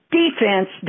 defense